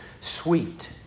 sweet